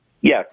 Yes